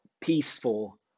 peaceful